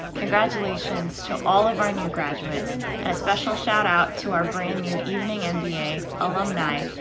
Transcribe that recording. congratulations to all of our new graduates, and a special shout-out to our brand new evening and mba alumni!